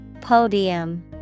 Podium